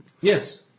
Yes